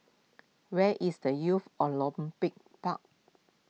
where is the Youth Olympic Park